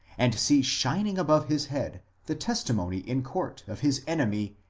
and see shining above his head the testimony in court of his enemy,